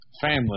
Family